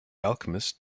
alchemist